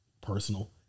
personal